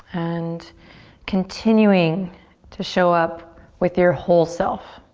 and continuing to show up with your whole self.